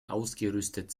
ausgerüstet